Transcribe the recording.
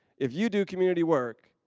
if you do community work,